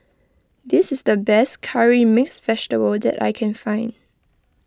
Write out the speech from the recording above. this is the best Curry Mixed Vegetable that I can find